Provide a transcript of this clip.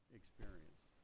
experience